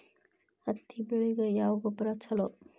ಹತ್ತಿ ಬೆಳಿಗ ಯಾವ ಗೊಬ್ಬರ ಛಲೋ?